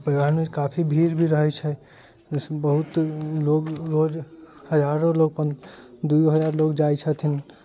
परिवहन मे काफी भीड़ रहै छै जैसे बहुत लोग रोज हजारों लोग अपन दूए हजार लोग जाइ छथिन